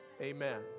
Amen